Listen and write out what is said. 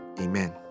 Amen